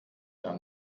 jahr